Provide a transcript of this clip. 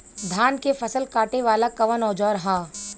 धान के फसल कांटे वाला कवन औजार ह?